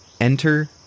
Enter